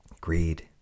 greed